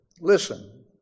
Listen